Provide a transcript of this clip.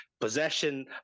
possession